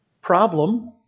problem